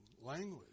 language